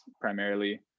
primarily